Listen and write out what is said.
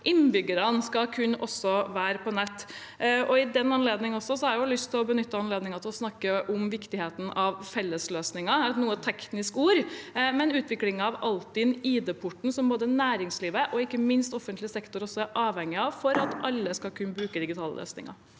innbyggerne skal kunne være på nett. Da har jeg lyst til å benytte anledningen til å snakke om viktigheten av fellesløsninger. Det er et noe teknisk ord, men utviklingen av Altinn/ID-porten er noe som både næringslivet og – ikke minst – offentlig sektor er avhengig av for at alle skal kunne bruke digitale løsninger.